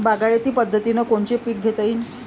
बागायती पद्धतीनं कोनचे पीक घेता येईन?